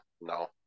no